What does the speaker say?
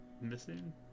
missing